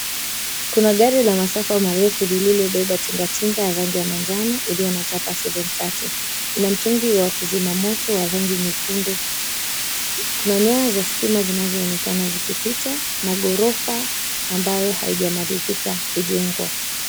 Kuna magari la masafa marefu lililobeba tinga tinga ya rangi ya manjano iliyo na chapa 730. Ina mtungi wa kuzima moto wa rangi nyekundu. Kuna nyaya za stima zinazoonekana zikipita na ghorofa ambayo haijamalizika kujengwa.